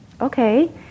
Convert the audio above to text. okay